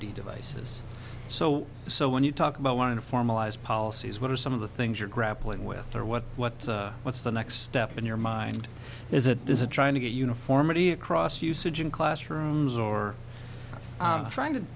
d devices so so when you talk about want to formalize policies what are some of the things you're grappling with or what what what's the next step in your mind is that there's a trying to get uniformity across usage in classrooms or trying to